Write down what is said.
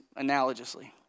analogously